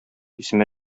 исемә